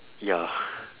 ya